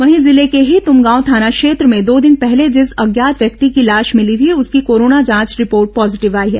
वहीं जिले के ही तुमगाँव थाना क्षेत्र में दो दिन पहले जिस अज्ञात व्यक्ति की लाश मिली थी उसकी कोरोना जांच रिपोर्ट पॉजीटिव आई है